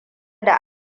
da